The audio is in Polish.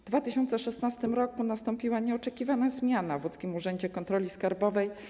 W 2016 r. nastąpiła nieoczekiwana zmiana w łódzkim urzędzie kontroli skarbowej.